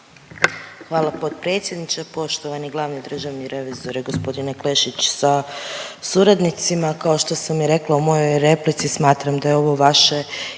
Hvala potpredsjedniče, poštovani glavni državni revizore g. Klešić sa suradnicima. Kao što sam i rekla u mojoj replici, smatram da je ovo vaše